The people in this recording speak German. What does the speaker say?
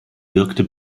wirkte